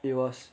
it was